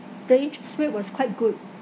the interest rate was quite good